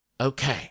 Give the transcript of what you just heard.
Okay